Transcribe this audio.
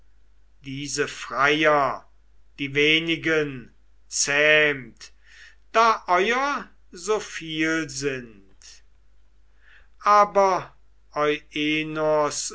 diese freier die wenigen zähmt da euer so viel sind aber